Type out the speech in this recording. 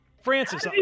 Francis